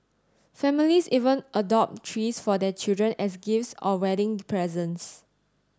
families even adopt trees for their children as gifts or wedding presents